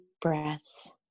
breaths